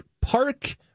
Park